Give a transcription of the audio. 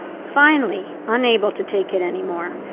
finally, unable to take it anymore,